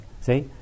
see